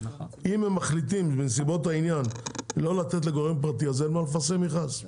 אם הם מחליטים בנסיבות העניין לא לתת לגורם פרטי אז אין מה לפרסם מכרז.